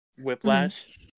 whiplash